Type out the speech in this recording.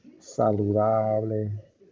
saludable